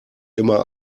immer